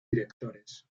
directores